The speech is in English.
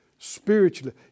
spiritually